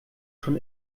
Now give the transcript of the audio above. schon